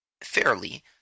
fairly